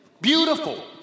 Beautiful